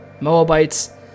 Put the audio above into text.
Moabites